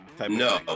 No